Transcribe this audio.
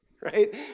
Right